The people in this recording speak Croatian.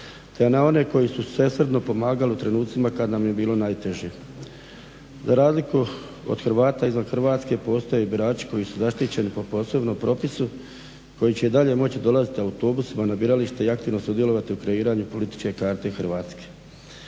te na one koji su svesrdno pomagali u trenucima kad nam je bilo najteže. Za razliku od Hrvata izvan Hrvatske postoje i birači koji su zaštićeni po posebnom propisu koji će i dalje moći dolaziti autobusima na birališta i aktivno sudjelovati u kreiranju političke karte Hrvatske.